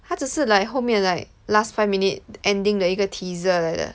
他只是 like 后面 like last five minute ending leh 一个 teaser 来的